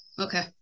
Okay